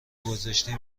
گذاشتی